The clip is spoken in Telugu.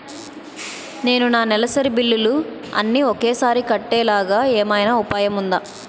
నేను నా నెలసరి బిల్లులు అన్ని ఒకేసారి కట్టేలాగా ఏమైనా ఉపాయం ఉందా?